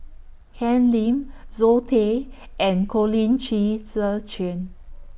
Ken Lim Zoe Tay and Colin Qi Zhe Quan